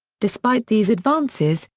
despite these advances,